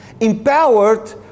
empowered